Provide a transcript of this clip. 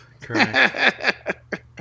Correct